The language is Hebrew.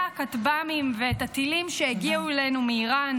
הכטב"מים ואת הטילים שהגיעו אלינו מאיראן.